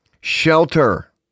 shelter